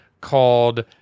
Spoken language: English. called